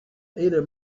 either